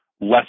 less